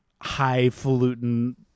highfalutin